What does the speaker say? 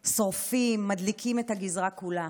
שורפים, מדליקים את הגזרה כולה.